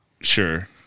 Sure